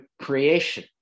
creation